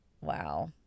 Wow